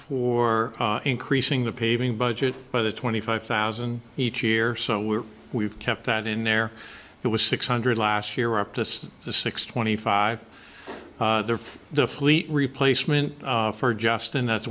for increasing the paving budget by the twenty five thousand each year so we're we've kept that in there it was six hundred last year up to six twenty five there for the fleet replacement for justin that's